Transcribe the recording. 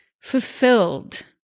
Fulfilled